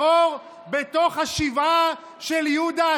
ולתת פרס לטרור בתוך השבעה של יהודה,